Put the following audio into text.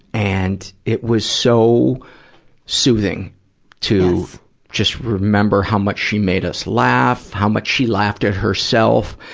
and it was so soothing to just remember how much she made us laugh, how much she laughed at herself.